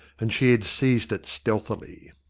and she had seized it stealthily.